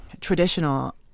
traditional